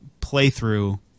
playthrough